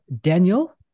Daniel